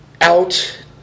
out